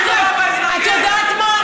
את יודעת מה?